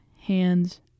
hands